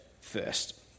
first